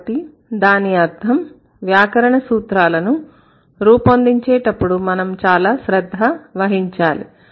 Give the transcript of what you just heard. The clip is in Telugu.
కాబట్టి దాని అర్థం వ్యాకరణ సూత్రాలను రూపొందించేటప్పుడు మనం చాలా శ్రద్ధ వహించాలి